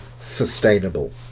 sustainable